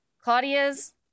Claudia's